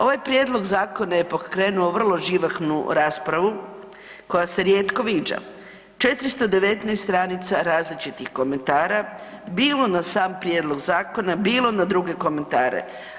Ovaj prijedlog zakona je pokrenuo vrlo živahnu raspravu koja se rijetko viđa, 419 stranica različitih komentara bilo na sam prijedlog zakona bilo na druge komentare.